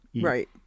right